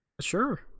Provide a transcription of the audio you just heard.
Sure